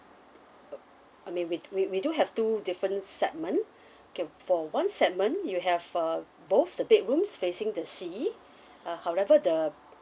uh uh may we we do have two different segment K for one segment you have uh both the bedrooms facing the sea uh however the